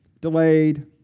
delayed